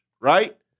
right